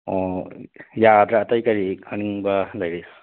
ꯑꯣ ꯌꯥꯔꯗ꯭ꯔꯥ ꯑꯇꯩ ꯀꯔꯤ ꯈꯪꯅꯤꯡꯕ ꯂꯩꯔꯤ